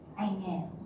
Amen